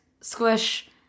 Squish